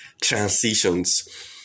transitions